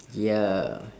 ya